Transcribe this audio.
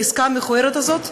לעסקה המכוערת הזאת,